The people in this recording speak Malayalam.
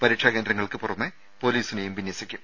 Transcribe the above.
പരീക്ഷ കേന്ദ്രങ്ങൾക്ക് പുറത്ത് പൊലീസിനെയും വിന്യസിക്കും